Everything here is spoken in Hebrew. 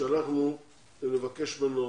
נבקש ממנו